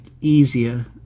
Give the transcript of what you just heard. easier